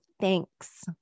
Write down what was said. thanks